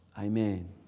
amen